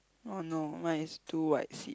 oh no mine is two white seat